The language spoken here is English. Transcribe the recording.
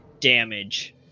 damage